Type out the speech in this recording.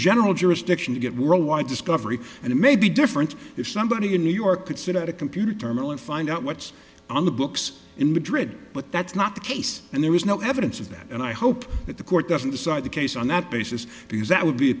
general jurisdiction to get worldwide discovery and it may be different if somebody in new york could sit at a computer terminal and find out what's on the books in madrid but that's not the case and there is no evidence of that and i hope that the court doesn't decide the case on that basis because that would be a